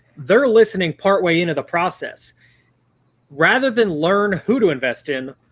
they're listening part way into the process rather than learn who to invest in,